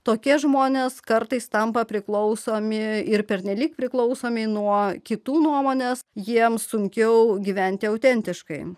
tokie žmonės kartais tampa priklausomi ir pernelyg priklausomi nuo kitų nuomonės jiems sunkiau gyventi autentiškai